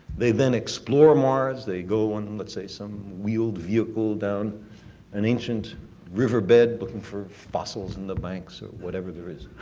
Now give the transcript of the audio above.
they then explore mars. they go on, and let's say, some wheeled vehicle down an ancient riverbed looking for fossils on and the banks or whatever there is.